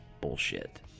bullshit